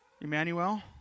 Emmanuel